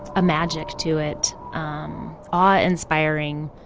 a magic to it um awe-inspiring